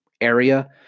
area